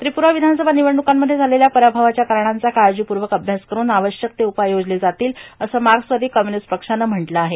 त्रिपूरा विधानसभा निवडणुकांमध्ये झालेल्या पराभवाच्या कारणांचा काळजीपूर्वक अभ्यास करून आवश्यक ते उपाय योजले जातील असं मार्क्सवादी कम्युनिस्ट पक्षानं म्हटलं आहे